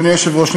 אדוני היושב-ראש,